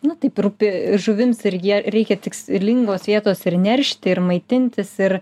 na taip rūpi žuvims irgi reikia tikslingos vietos ir neršti ir maitintis ir